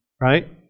right